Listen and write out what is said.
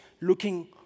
looking